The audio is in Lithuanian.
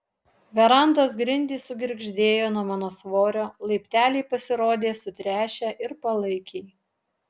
verandos grindys sugirgždėjo nuo mano svorio laipteliai pasirodė sutręšę ir palaikiai